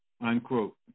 unquote